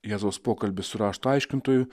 jėzaus pokalbis su rašto aiškintoju